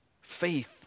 faith